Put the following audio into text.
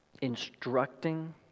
instructing